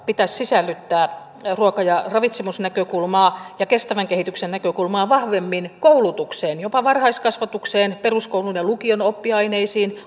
pitäisi sisällyttää ruokakasvatusta ruoka ja ravitsemusnäkökulmaa ja kestävän kehityksen näkökulmaa vahvemmin koulutukseen jopa varhaiskasvatukseen peruskoulun ja lukion oppiaineisiin